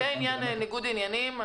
זה עניין ניגוד העניינים.